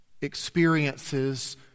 experiences